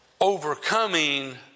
overcoming